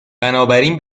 بنابراین